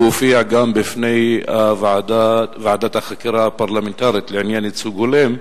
הוא הופיע גם בפני ועדת החקירה הפרלמנטרית לעניין ייצוג הולם,